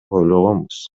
ойлогонбуз